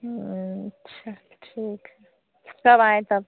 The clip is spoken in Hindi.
अच्छा ठीक है कब आएँ तब